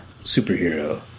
superhero